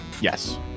Yes